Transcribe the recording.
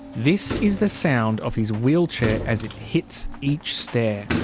this is the sound of his wheelchair as it hits each stair.